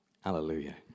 Hallelujah